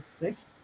thanks